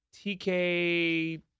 TK